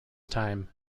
time